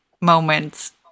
moments